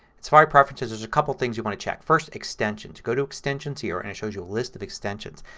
in safari preferences there's a couple things you want to check. first extensions. go to extensions here and it shows you list of extensions.